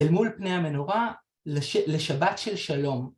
אל מול פני המנורה לשבת של שלום